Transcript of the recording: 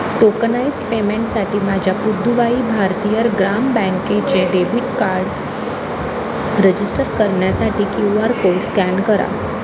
tokenised पेमेंटसाठी माझ्या पुदुवाई भारतियर ग्राम बँकेचे डेबिट कार्ड रजिस्टर करण्यासाठी क्यू आर कोड स्कॅन करा